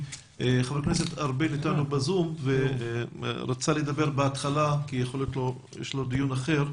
חבר הכנסת ארבל אתנו ב"זום" והוא רצה לדבר בהתחלה כי יש דיון אחר.